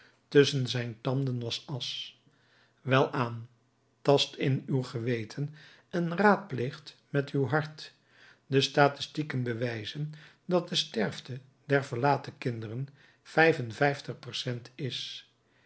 tusschen zijn tanden was asch welaan tast in uw geweten en raadpleegt met uw hart de statistieken bewijzen dat de sterfte der verlaten kinderen vijf-en-vijftig percent is